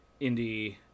indie